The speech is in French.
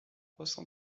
pense